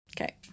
Okay